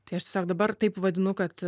tiesiog dabar taip vadinu kad